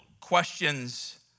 questions